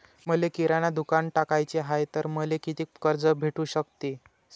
मले किराणा दुकानात टाकाचे हाय तर मले कितीक कर्ज भेटू सकते?